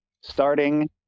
starting